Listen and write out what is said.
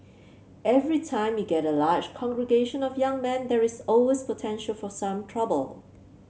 every time you get a large congregation of young men there is always potential for some trouble